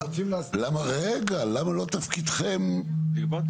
למה לא תפקידכם לגבות?